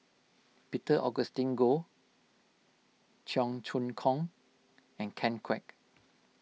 Peter Augustine Goh Cheong Choong Kong and Ken Kwek